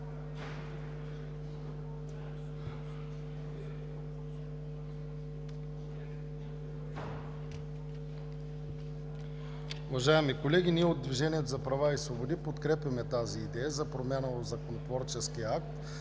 Уважаеми колеги, от „Движението за права и свободи“ подкрепяме идеята за промяна в законотворческия акт,